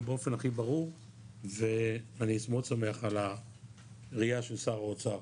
באופן הכי ברור ואני מאוד שמח על הראייה של שר האוצר.